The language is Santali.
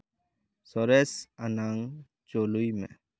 ᱥᱚᱨᱮᱥ ᱟᱱᱟᱝ ᱪᱟᱹᱞᱩᱭ ᱢᱮ